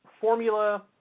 formula